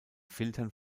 filtern